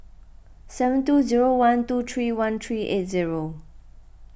seven two zero one two three one three eight zero